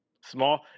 small